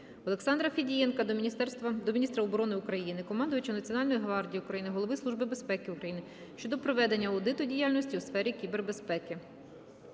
Олександра Федієнка до міністра оборони України, командувача Національної гвардії України, Голови Служби безпеки України щодо проведення аудиту діяльності у сфері кібербезпеки.